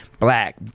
Black